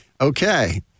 Okay